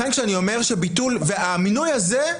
והמינוי הזה,